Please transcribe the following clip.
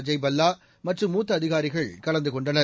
அஜய் பல்லா மற்றும் மூத்த அதிகாரிகள் கலந்து கொண்டனர்